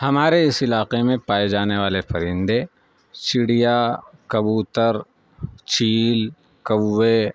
ہمارے اس علاقے میں پائے جانے والے پرندے چڑیا کبوتر چیل کوے